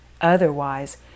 Otherwise